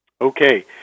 Okay